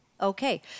Okay